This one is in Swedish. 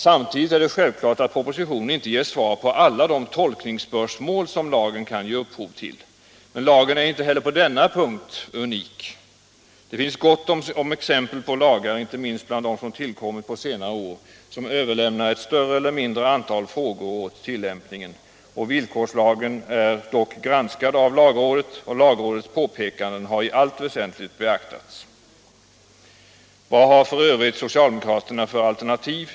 Samtidigt är det självklart att propositionen inte ger svar på alla de tolkningsspörsmål som lagen kan ge upphov till, men lagen är inte heller på denna punkt unik. Det finns gott om exempel på lagar, inte minst bland dem som tillkommit på senare år, som överlämnar ett större eller mindre antal frågor åt tillämpningen. Villkorslagen är dock granskad av lagrådet, och lagrådets påpekanden har i allt väsentligt beaktats. Vad har för övrigt socialdemokraterna för alternativ?